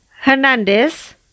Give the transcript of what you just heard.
Hernandez